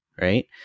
right